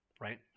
right